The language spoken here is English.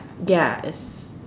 ya it's